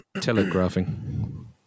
telegraphing